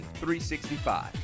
365